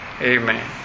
Amen